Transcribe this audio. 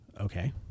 Okay